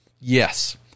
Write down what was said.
yes